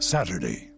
Saturday